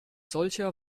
solcher